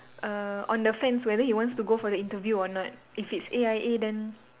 err on the fence whether he wants to go for the interview or not if it's A_I_A then